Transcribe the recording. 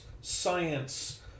science